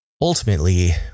Ultimately